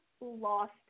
lost